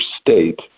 state